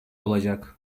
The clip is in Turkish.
olacak